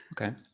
Okay